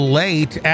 late